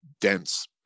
dense